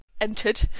entered